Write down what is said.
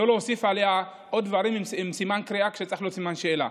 לא להוסיף עליה עוד דברים עם סימן קריאה כשצריך להיות סימן שאלה.